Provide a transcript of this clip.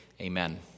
Amen